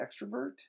extrovert